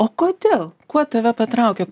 o kodėl kuo tave patraukė